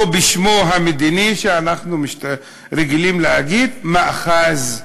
או בשם המדיני, שאנחנו רגילים להגיד, מאחז.